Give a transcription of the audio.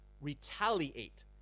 retaliate